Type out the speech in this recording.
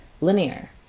linear